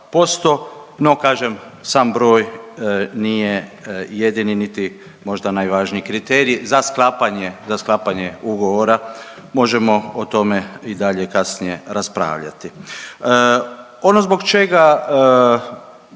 no kažem sam broj nije jedini, niti možda najvažniji kriterij za sklapanje, za sklapanje ugovora, možemo o tome i dalje kasnije raspravljati. Ono zbog čega